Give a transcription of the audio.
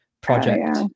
project